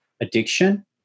addiction